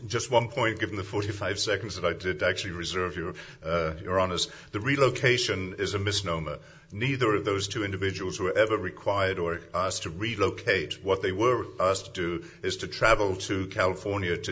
just one point given the forty five seconds that i did actually reserve you if you're honest the relocation is a misnomer neither of those two individuals were ever required or us to relocate what they were us to do is to travel to california to